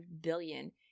billion